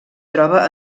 troba